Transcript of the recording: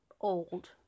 old